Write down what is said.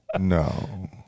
No